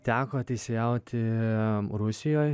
teko teisėjauti rusijoj